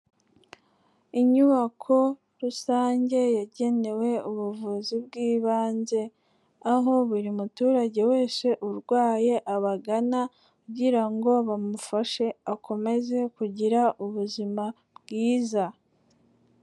Inyubako rusange yagenewe ubuvuzi bw'ibanze, aho buri muturage wese urwaye abagana kugira ngo bamufashe akomeze kugira ubuzima bwiza.